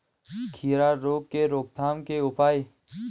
खीरा रोग के रोकथाम के उपाय?